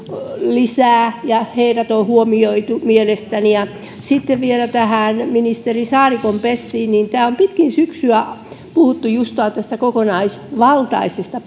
lisää ja heidät on huomioitu mielestäni sitten vielä tähän ministeri saarikon pestiin täällä on pitkin syksyä puhuttu just tästä kokonaisvaltaisesta